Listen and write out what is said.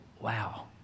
Wow